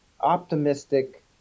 optimistic